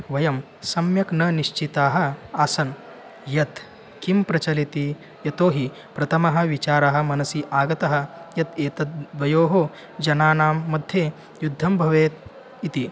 वयं सम्यक् न निश्चिताः आसन् यत् किं प्रचलति यतोहि प्रथमः विचारः मनसि आगतः यत् एतद्वयोः जनानां मध्ये युद्धं भवेत् इति